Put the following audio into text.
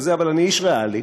אבל אני איש ריאלי,